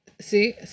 see